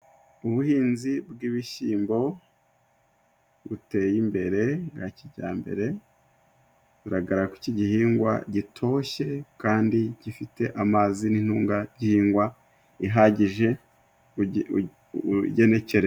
Ubuhinzi bw'ibishyimbo buteye imbere nka kijyambere buragara kwik'igihingwa gitoshye kandi gifite amazi n'intungagihingwa ihagije ugene ugenekere.